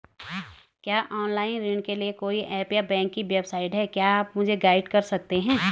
क्या ऑनलाइन ऋण के लिए कोई ऐप या बैंक की वेबसाइट है क्या आप मुझे गाइड कर सकते हैं?